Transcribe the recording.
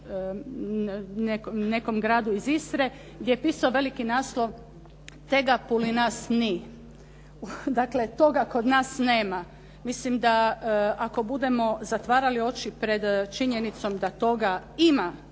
nekom gradu iz Istre gdje je pisao veliki naslov: "Tega puli nas ni". Dakle, "Toga kod nas nema". Mislim da ako budemo zatvarali oči pred činjenicom da toga ima